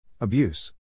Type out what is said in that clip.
Abuse